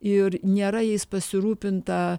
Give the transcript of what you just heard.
ir nėra jais pasirūpinta